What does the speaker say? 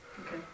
Okay